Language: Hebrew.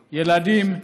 ילדים,